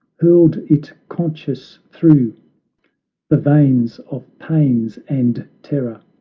hurled it conscious through the veins of pains and terror,